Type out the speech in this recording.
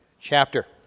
chapter